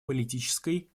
политической